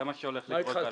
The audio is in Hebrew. זה מה שהולך לקרות ב-2019.